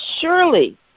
surely